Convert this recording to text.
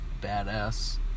badass